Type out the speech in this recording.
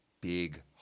big